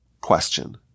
question